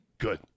Good